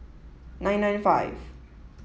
nine nine five